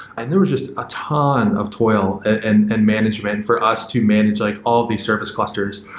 and there were just a ton of toil and and management for us to manage like all these service clusters.